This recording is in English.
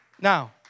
Now